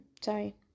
sorry